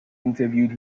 interviewed